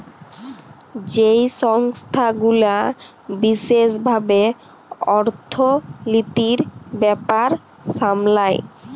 যেই সংস্থা গুলা বিশেস ভাবে অর্থলিতির ব্যাপার সামলায়